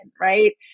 right